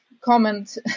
comment